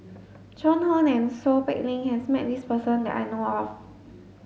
Joan Hon and Seow Peck Leng has met this person that I know of